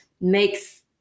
makes